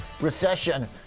recession